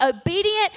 obedient